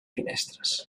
finestres